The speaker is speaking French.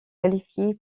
qualifié